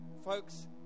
Folks